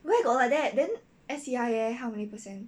where got like that then S_C_I leh how many percent